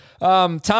Tom